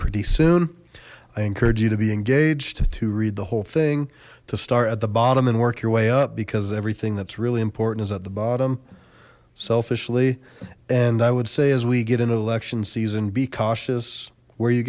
pretty soon i encourage you to be engaged to read the whole thing to start at the bottom and work your way up because everything that's really important is at the bottom selfishly and i would say as we get in an election season be cautious where you